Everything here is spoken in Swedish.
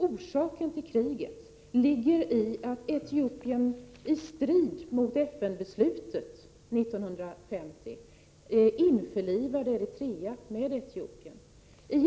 Orsaken till kriget ligger i att Etiopien i strid mot FN-beslutet 1950 införlivade Eritrea med Etiopien.